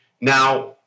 Now